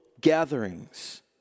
gatherings